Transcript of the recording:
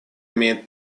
имеет